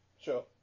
Sure